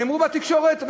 נאמרו בתקשורת,